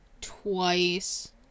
twice